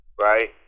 right